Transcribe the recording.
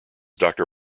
doctor